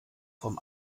vom